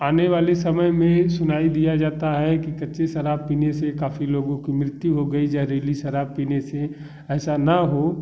आने वाले समय में सुनाई दिया जाता है कि कच्ची शराब पीने से काफ़ी लोगों की मृत्यु हो गई जहरीली सराब पीने से ऐसा ना हो